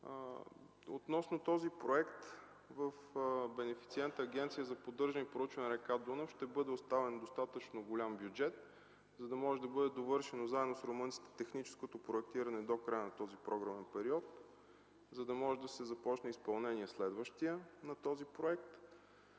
Относно този проект в бенефициента Агенция за поддържане и проучване на река Дунав ще бъде оставен достатъчно голям бюджет, за да може да бъде довършено, заедно с румънците, техническото проектиране до края на този програмен период и да започне изпълнението на следващия по този проект.